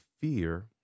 Fear